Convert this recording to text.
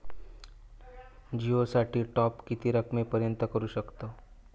जिओ साठी टॉप किती रकमेपर्यंत करू शकतव?